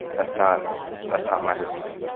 that's not that's not my history.